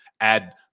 add